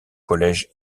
collège